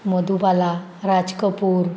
Madhubala Raj Kapoor